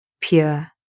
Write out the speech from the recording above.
Pure